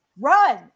run